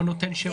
או נותן שירות.